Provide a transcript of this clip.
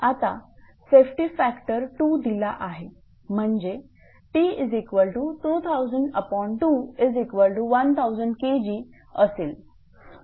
आता safety factor 2दिला आहे म्हणजे T200021000 Kg इतका असेल